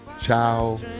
ciao